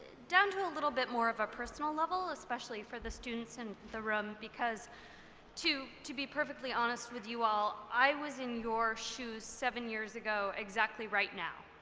down to a little bit more of a personal level, especially for the students in the room. because to to be perfectly honest with you all, i was in your shoes seven years ago exactly right now.